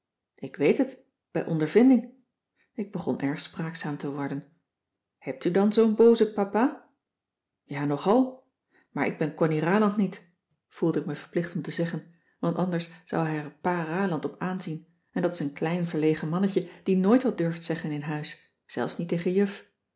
ik weet het bij ondervinding ik begon erg spraakzaam te worden hebt u dan zoo'n booze papa ja nogal maar ik ben connie ralandt niet voelde cissy van marxveldt de h b s tijd van joop ter heul ik me verplicht om te zeggen want anders zou hij er pa ralandt op aanzien en dat is een klein verlegen mannetje die nooit wat durft zeggen in huis zelfs niet tegen juf